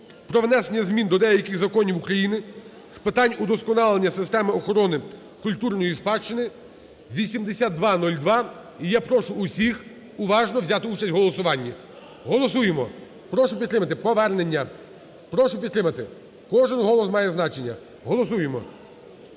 "Про внесення змін до деяких законів України з питань удосконалення системи охорони культурної спадщини" (8202). І я прошу усіх уважно взяти участь у голосуванні. Голосуємо, прошу підтримати повернення. Прошу підтримати кожен голос має значення, голосуємо.